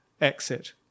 Exit